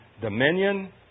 dominion